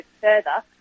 further